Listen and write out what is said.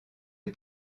est